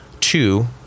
two